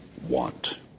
want